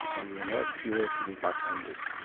and we are not here to do backhanders.